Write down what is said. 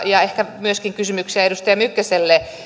ja ehkä myöskin esittäisin kysymyksiä edustaja mykkäselle